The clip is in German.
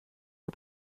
der